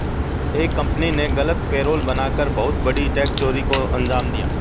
एक कंपनी ने गलत पेरोल बना कर बहुत बड़ी टैक्स चोरी को अंजाम दिया